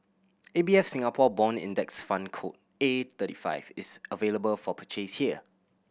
A B F Singapore Bond Index Fund code A thirty five is available for purchase here